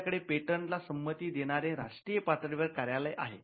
आपल्या कडे पेटंट ला संमती देणारे राष्ट्र पातळी वर कार्यालय आहे